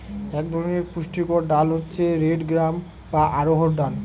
এক ধরনের পুষ্টিকর ডাল হচ্ছে রেড গ্রাম বা অড়হর ডাল